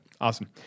Awesome